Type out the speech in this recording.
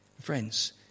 Friends